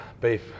Beef